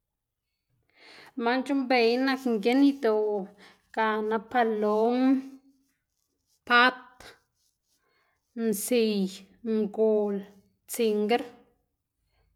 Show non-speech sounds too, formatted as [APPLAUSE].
[NOISE] man c̲h̲uꞌnnbeyná nak mginn idoꞌ gana palom, pat, msiy, ngol, tsingr.